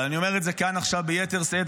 אבל אני אומר את זה כאן עכשיו ביתר שאת,